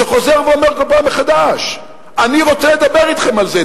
שחוזר ואומר כל פעם מחדש: אני רוצה לדבר אתכם על זה,